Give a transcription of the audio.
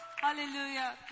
hallelujah